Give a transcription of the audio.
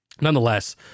nonetheless